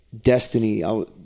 destiny